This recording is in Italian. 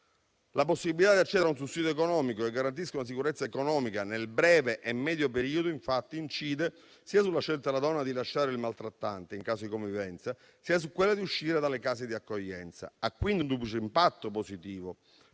La possibilità di accedere a un sussidio economico che garantisca una sicurezza economica nel breve e medio periodo, infatti, incide sia sulla scelta della donna di lasciare il maltrattante in caso di convivenza, sia su quella di uscire dalle case di accoglienza. Ha quindi un duplice impatto positivo,